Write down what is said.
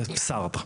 סארטר.